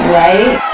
right